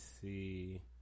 see